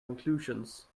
conclusions